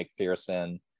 McPherson